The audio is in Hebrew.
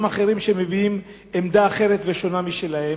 אחרים שמביעים עמדה אחרת ושונה משלהם.